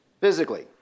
physically